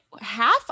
half